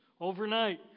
overnight